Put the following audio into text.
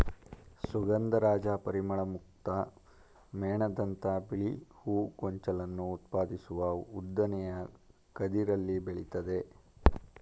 ಸುಗಂಧರಾಜ ಪರಿಮಳಯುಕ್ತ ಮೇಣದಂಥ ಬಿಳಿ ಹೂ ಗೊಂಚಲನ್ನು ಉತ್ಪಾದಿಸುವ ಉದ್ದನೆಯ ಕದಿರಲ್ಲಿ ಬೆಳಿತದೆ